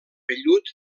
vellut